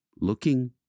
looking